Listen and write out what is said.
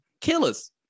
killers